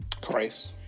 Christ